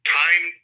time –